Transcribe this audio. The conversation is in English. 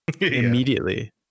immediately